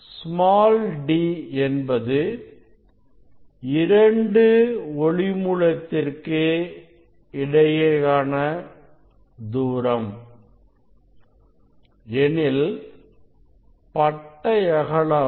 d என்பது 2 ஒளி மூலத்திற்கு இடையேயான தூரம்